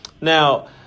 Now